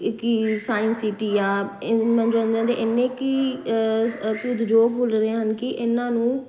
ਇੱਕ ਕਿ science city ਆ ਇ ਮਨੋਰੰਜਨ ਦੇ ਇੰਨੇ ਕੁ ਸ ਅ ਉਦਯੋਗ ਖੁੱਲ੍ਹ ਰਹੇ ਹਨ ਕਿ ਇਹਨਾਂ ਨੂੰ